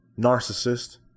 narcissist